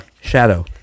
Shadow